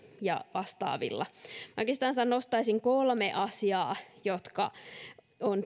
ja vastaavilla oikeastaan nostaisin kolme asiaa joihin meidän on